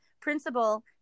principal